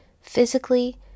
physically